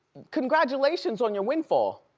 congratulations on your windfall.